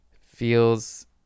Feels